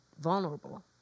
vulnerable